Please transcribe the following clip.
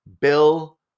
Bill